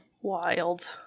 Wild